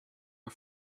are